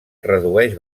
redueix